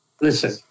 listen